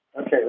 Okay